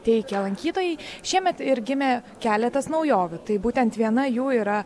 teikia lankytojai šiemet ir gimė keletas naujovių tai būtent viena jų yra